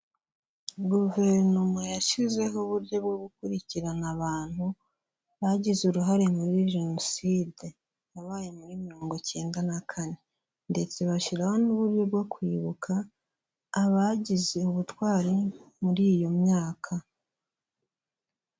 Guverinoma yashyizeho uburyo bwo gukurikirana abantu bagize uruhare muri Jenoside yabaye muri mirongo icyenda na kane ndetse bashyiraho n'uburyo bwo kwibuka abagize ubutwari muri iyo myaka.